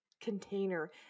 container